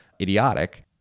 idiotic